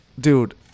dude